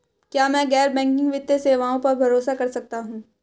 क्या मैं गैर बैंकिंग वित्तीय सेवाओं पर भरोसा कर सकता हूं?